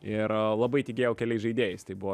ir labai tikėjau keliais žaidėjais tai buvo